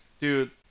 Dude